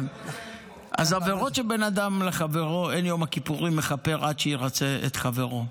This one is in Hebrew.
אז עבירות של בן אדם לחברו אין יום הכיפורים מכפר עד שירצה את חברו,